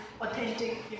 authentic